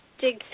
dig